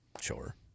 Sure